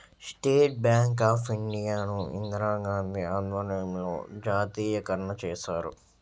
state Bank of India ను ఇందిరాగాంధీ ఆధ్వర్యంలో జాతీయకరణ చేశారు